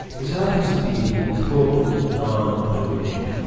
this happens to be a total non-observation.